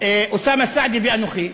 ואוסאמה סעדי, ואנוכי,